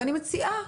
ואני מציעה